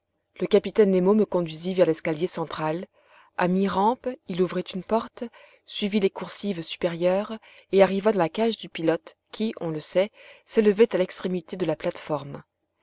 le capitaine nemo me conduisit vers l'escalier central a mi rampe il ouvrit une porte suivit les coursives supérieures et arriva dans la cage du pilote qui on le sait s'élevait à l'extrémité de la plate-forme